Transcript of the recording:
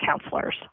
counselors